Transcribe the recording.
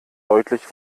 deutlich